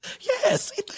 yes